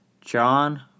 John